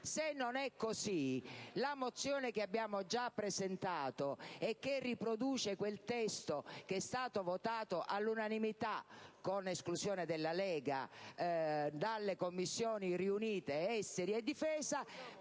Se non è così, la proposta di risoluzione che abbiamo già presentato, e che riproduce il testo che è stato votato all'unanimità, con esclusione della Lega, dalle Commissioni congiunte esteri e difesa